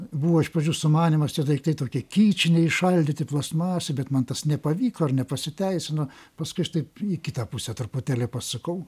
buvo iš pradžių sumanymas tie daiktai tokie kičiniai įšaldyti plastmasė bet man tas nepavyko ar nepasiteisino paskui aš taip į kitą pusę truputėlį pasukau